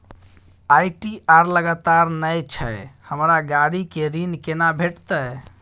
ITR लगातार नय छै हमरा गाड़ी के ऋण केना भेटतै?